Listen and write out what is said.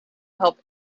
help